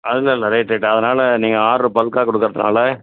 அதெலாம் இல்லை right right அதனால நீங்கள் ஆர்ட்ரு பல்க்காக கொடுக்கறதுனால